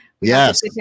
Yes